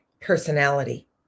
personality